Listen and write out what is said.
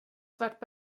svart